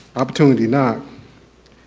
opportunity not